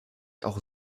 auch